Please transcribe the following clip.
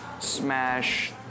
smash